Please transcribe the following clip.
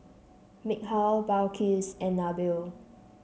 Mikhail Balqis and Nabil